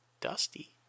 Dusty